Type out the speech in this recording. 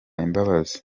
imbabazi